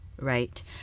right